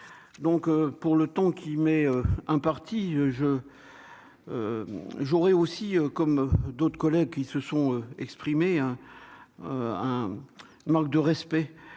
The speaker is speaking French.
donc, pour le temps qui m'est imparti je j'aurais aussi comme d'autres collègues qui se sont exprimés, hein, un manque de respect